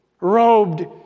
robed